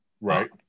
right